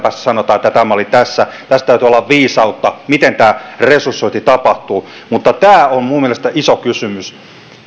päästä sanottaisiin että tämä oli tässä tässä täytyy olla viisautta miten tämä resursointi tapahtuu tämä on minun mielestäni iso kysymys